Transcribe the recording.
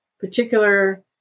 particular